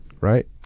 right